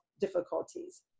difficulties